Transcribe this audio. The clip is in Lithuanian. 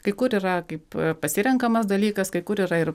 kai kur yra kaip pasirenkamas dalykas kai kur yra ir